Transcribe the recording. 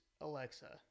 Alexa